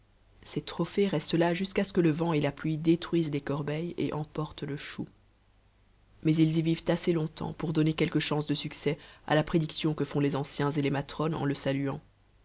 ces trophées restent là jusqu'à ce que le vent et la pluie détruisent les corbeilles et emportent le chou mais ils y vivent assez longtemps pour donner quelque chance de succès à la prédiction que font les anciens et les matrones en le saluant